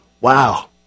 wow